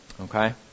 Okay